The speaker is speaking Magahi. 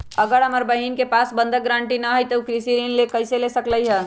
अगर हमर बहिन के पास बंधक गरान्टी न हई त उ कृषि ऋण कईसे ले सकलई ह?